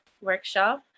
workshop